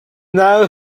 now